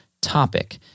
topic